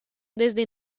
desde